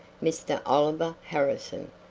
mr. oliver harrison.